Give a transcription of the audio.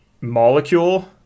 molecule